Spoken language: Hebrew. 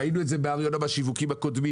ראינו את זה בהר יונה בשיווקים הקודמים.